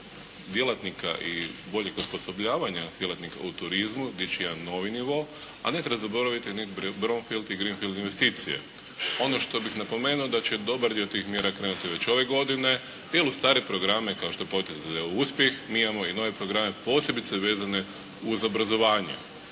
djelatnika i boljeg osposobljavanja djelatnika u turizmu dići na jedan novi nivo, a ne treba zaboraviti ni “bron field“ i “green field“ investicije. Ono što bih napomenuo da će dobar dio tih mjera krenuti već ove godine, jer u stare programe kao što je potrebno za uspjeh imamo i nove programe posebice vezane uz obrazovanje.